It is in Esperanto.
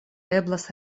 eblas